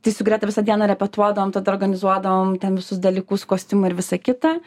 tai su greta visą dieną repetuodavom tada organizuodavom ten visus dalykus kostiumai ir visa kita